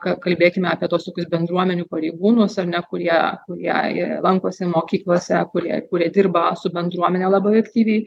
ka kalbėkime apie tuos tokius bendruomenių pareigūnus ar ne kurie kurie jie lankosi mokyklose kurie kurie dirba su bendruomene labai aktyviai